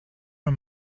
her